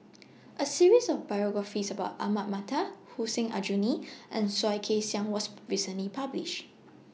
A series of biographies about Ahmad Mattar Hussein Aljunied and Soh Kay Siang was recently published